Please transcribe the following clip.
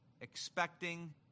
expecting